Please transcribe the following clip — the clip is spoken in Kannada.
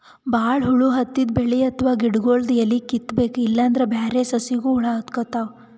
ಭಾಳ್ ಹುಳ ಹತ್ತಿದ್ ಬೆಳಿ ಅಥವಾ ಗಿಡಗೊಳ್ದು ಎಲಿ ಕಿತ್ತಬೇಕ್ ಇಲ್ಲಂದ್ರ ಬ್ಯಾರೆ ಸಸಿಗನೂ ಹುಳ ಹತ್ಕೊತಾವ್